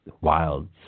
wilds